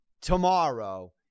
tomorrow